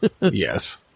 yes